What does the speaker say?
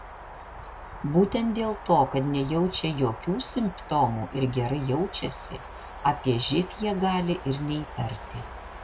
būtent dėl to kad nejaučia jokių simptomų ir gerai jaučiasi apie živ jie gali ir neįtarti